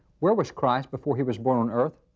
where was christ before he was born on earth?